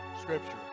scripture